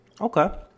Okay